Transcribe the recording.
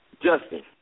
Justin